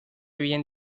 bien